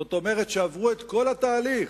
זאת אומרת שעברו את כל התהליך,